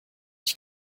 ich